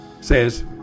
Says